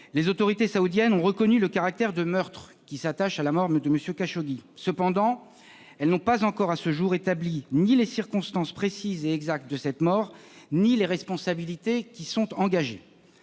Les autorités saoudiennes ont reconnu le caractère de « meurtre » s'attachant à la mort de M. Khashoggi. Cependant, elles n'ont pas encore, à ce jour, établi les circonstances exactes de cette mort ni les responsabilités engagées.